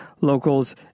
Locals